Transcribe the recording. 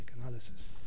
analysis